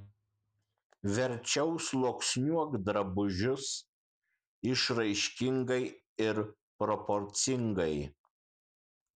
verčiau sluoksniuok drabužius išraiškingai ir proporcingai